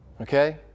Okay